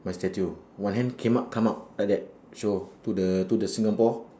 my statue one hand came up come up like that show to the to the singapore